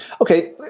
okay